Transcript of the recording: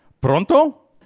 Pronto